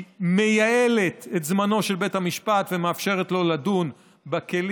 היא מייעלת את זמנו של בית המשפט ומאפשרת לו לדון בכלים,